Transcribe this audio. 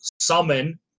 summon